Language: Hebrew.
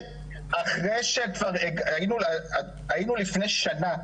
היינו לפני שנה,